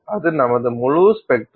அது நமது முழு ஸ்பெக்ட்ரம்